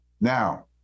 Now